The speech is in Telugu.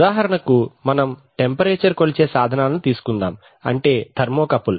ఉదాహరణకు మనం టెంపరేచర్ కొలిచే సాధనాలను తీసుకుందాం అంటే థర్మోకపుల్